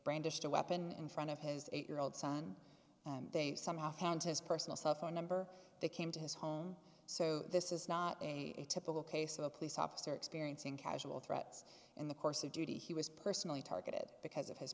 brandished a weapon in front of his eight year old son and they somehow found his personal cell phone number they came to his home so this is not a typical case of a police officer experiencing casual threats in the course of duty he was personally targeted because of his